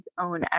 own